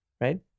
right